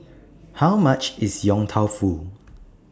How much IS Yong Tau Foo